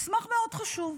מסמך מאוד חשוב.